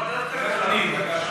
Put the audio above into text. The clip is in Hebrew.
ועדת הפנים.